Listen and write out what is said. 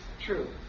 true